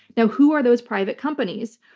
now, who are those private companies?